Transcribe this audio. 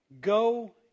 go